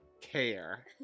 care